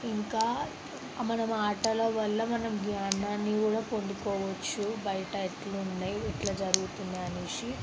ఇంకా మనం ఆటల వల్ల మనం జ్ఞానాన్ని కూడా పండుకోవచ్చు బయట ఎట్లుంది ఇట్లా జరుగుతుంది అనేసి